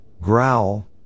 growl